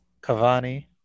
Cavani